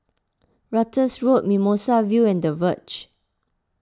Ratus Road Mimosa View and the Verge